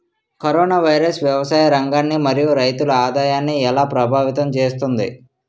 Corona virus వ్యవసాయ రంగాన్ని మరియు రైతుల ఆదాయాన్ని ఎలా ప్రభావితం చేస్తుంది?